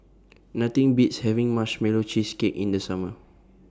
Nothing Beats having Marshmallow Cheesecake in The Summer